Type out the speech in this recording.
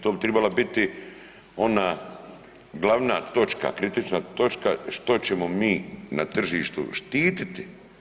To bi trebala biti ona glavna točka, kritična točka što ćemo mi na tržištu štititi.